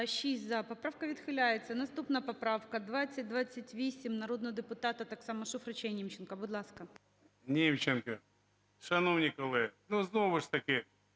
Німченко. Шановні колеги, ну, знову ж таки,